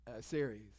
series